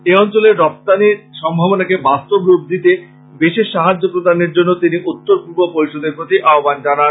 এই অঞ্চলের রপ্তানিক সম্ভাবনাকে বাস্তব রূপ দিতে বিশেষ সাহায্য প্রদানের জন্য তিনি উত্তর পূর্ব পরিষদের প্রতি আহবান জানান